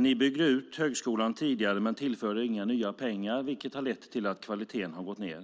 Ni byggde ut högskolan tidigare men tillförde inga nya pengar, vilket har lett till att kvaliteten har gått ned.